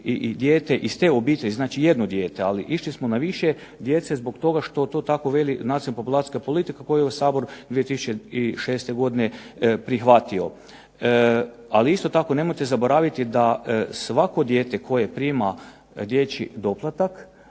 i dijete iz te obitelji, znači jedno dijete, ali išli smo na više djece, zbog toga što to tako veli nacionalna populacijska politika, koju je Sabor 2006. godine prihvatio. Ali isto tako nemojte zaboraviti da svako dijete koje prima dječji doplatak,